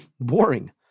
boring